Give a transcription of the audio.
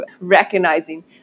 recognizing